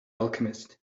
alchemist